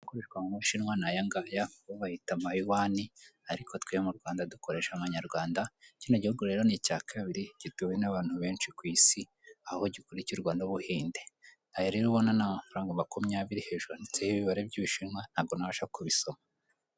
Ibikoreshwa mu mashinwa ni aya ngaya bo bayita amayuwani ariko twe mu Rwanda dukoresha amanyarwanda kino gihugu rero ni icyakabiri gituwe n'abantu benshi ku isi aho gikurikirwa n'ubuhinde aya rero ubona ni amafaranga makumyabiri hejuru handitseho ibibare by'ibishinwa ntago nabasha kubisoma.